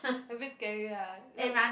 a bit scary lah look